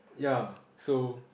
ya so